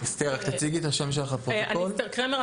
אסתר קרמר,